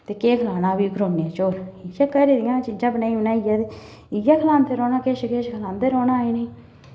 ते केह् खलाना ही करोनै च होर इ'यै घरे दियां चीजां बनाई बनाइयै ते इ'यै खलांदे रौह्ना किश किश खलांदे रौह्ना इ'नें गी